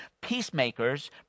peacemakers